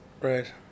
Right